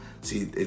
See